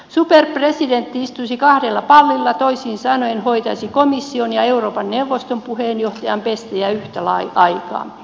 superpresidentti istuisi kahdella pallilla toisin sanoen hoitaisi komission ja euroopan neuvoston puheenjohtajan pestiä yhtä aikaa